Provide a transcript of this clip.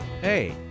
Hey